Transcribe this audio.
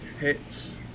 hits